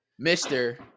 Mr